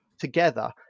together